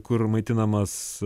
kur maitinamas